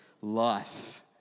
life